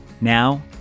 Now